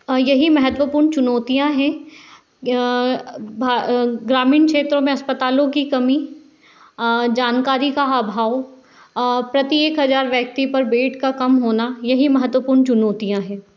यही महत्वपूर्ण चुनौतियाँ हैं ग्रामीण क्षेत्रों में अस्पतालों की कमी जानकारी का अभाव प्रति एक हज़ार व्यक्ति पर बेड का कम होना यही महत्वपूर्ण चुनौतियाँ हैं